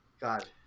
God